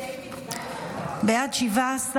הצבעה.